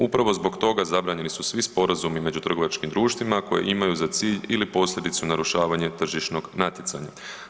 Upravo zbog toga, zabranjeni su svi sporazumi među trgovačkim društvima koji imaju za cilj ili posljedicu narušavanja tržišnog natjecanja.